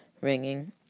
ringing